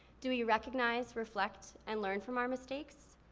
do we recognize, reflect, and learn from our mistakes?